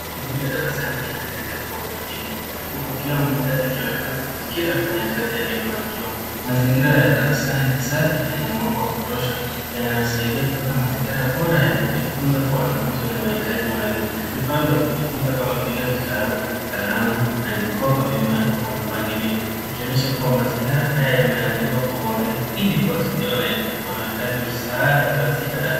Shughuli ya darasani inaendelea kwa utulivu, huku kila mmoja akionekana kujikita kwenye kazi aliyopangiwa. Mazingira ya darasani ni safi na yenye mwanga wa kutosha, yanayosaidia kuweka mazingara bora ya kujifunza kwa wanafunzi wenye mahitaji maalum. Vifaa vya kujifunza kama vile vitabu, kalamu na mikoba vimewekwa mpangilio, vikionyesha kuwa mazingara haya yameandaliwa kwa uangalifu ili kuwasaidia wanaohitaji msaada wa ziada.